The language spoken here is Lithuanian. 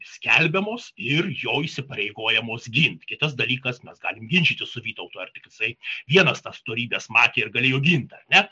skelbiamos ir jo įsipareigojamos gint kitas dalykas mes galim ginčytis su vytautu ar tik jisai vienas tas dorybes matė ir galėjo gint ar ne